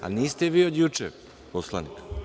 Niste vi od juče poslanik.